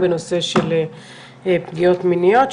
בנושא של פגיעות מיניות,